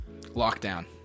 lockdown